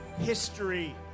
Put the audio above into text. history